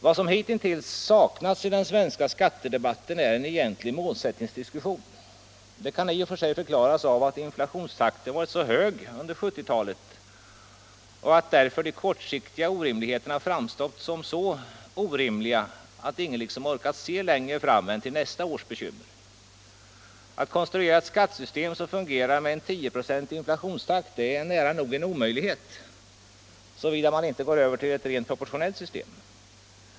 Vad som hittills saknats i den svenska skattedebatten är en egentlig målsättningsdiskussion. Det kan i och för sig förklaras av att inflationstakten varit så hög under 1970-talet och att därför de kortsiktiga orimligheterna framstått som så orimliga att ingen liksom orkat se längre fram än till nästa års bekymmer. Att konstruera ett skattesystem som fungerar med en tioprocentig inflationstakt är nära nog en omöjlighet - såvida man inte går över till ett rent proportionellt system.